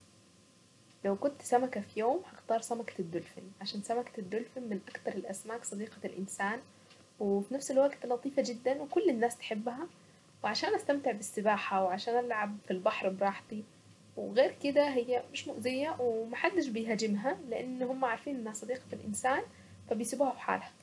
لو كنت سمكة في يوم هختار سمكة الدولفين. عشان سمكة الدولفين من اكتر الاسماك صديقة الانسان. وفي نفس الوقت لطيفة جدا وكل الناس تحبها، وعشان استمتع بالسباحة وعشان العب في البحر براحتي، وغير كده هي مش مؤذية وما حدش بيهاجمها، لان هم عارفين انها صديقة الانسان فبيسبوها في حالها.